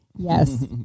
Yes